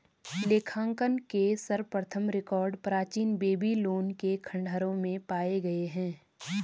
लेखांकन के सर्वप्रथम रिकॉर्ड प्राचीन बेबीलोन के खंडहरों में पाए गए हैं